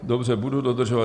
Dobře, budu dodržovat čas.